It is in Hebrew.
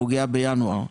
פוגע בינואר.